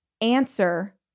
answer